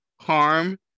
harm